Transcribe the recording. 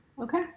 okay